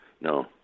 No